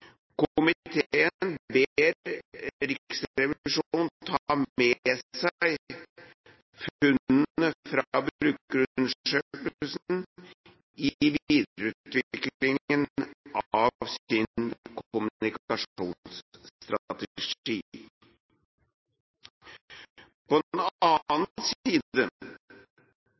Komiteen ber Riksrevisjonen ta med seg funnene fra brukerundersøkelsene i videreutviklingen av sin kommunikasjonsstrategi. På den annen